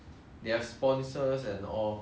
so I think quite workable [one] eh